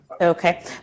Okay